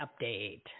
Update